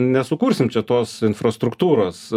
nesukursim čia tos infrastruktūros